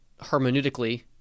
hermeneutically